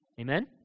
Amen